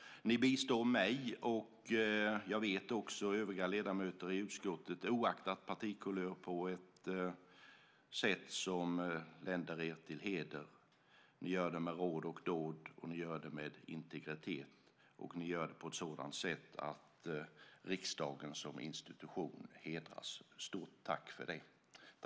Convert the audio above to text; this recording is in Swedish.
Ni bistår mig och också övriga ledamöter i utskottet, oaktat partikulör, på ett sätt som länder er till heder. Ni gör det med råd och dåd, och ni gör det med integritet. Ni gör det på ett sådant sätt att riksdagen som institution hedras. Stort tack för det!